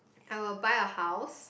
I will buy a house